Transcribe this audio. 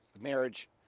marriage